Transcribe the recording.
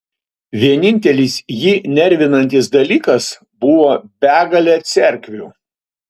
vienintelis jį nervinantis dalykas buvo begalė cerkvių